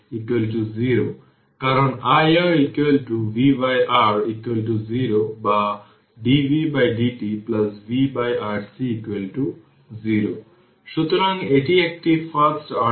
সুতরাং এটি এখানে Req c সুতরাং Req হল 4 C 01 সুতরাং 04 সেকেন্ড